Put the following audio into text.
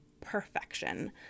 perfection